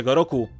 roku